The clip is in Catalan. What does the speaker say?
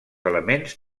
elements